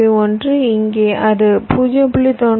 1 இங்கே அது 0